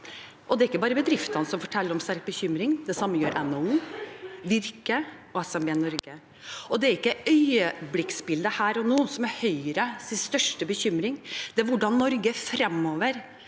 Det er ikke bare bedriftene som forteller om sterk bekymring, det samme gjør NHO, Virke og SMB Norge. Det er ikke øyeblikksbildet her og nå som er Høyres største bekymring, men hvordan Norge fremover